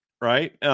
right